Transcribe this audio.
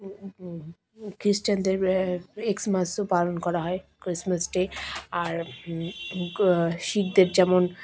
খ্রিষ্টানদের এক্সমাসও পালন করা হয় ক্রিসমাস ডে আর শিখদের যেমন